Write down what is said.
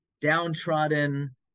downtrodden